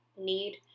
need